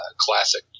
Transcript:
classic